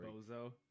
Bozo